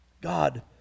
God